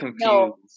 no